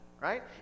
right